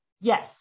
Yes